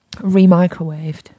re-microwaved